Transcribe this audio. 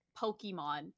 pokemon